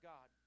God